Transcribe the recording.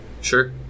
Sure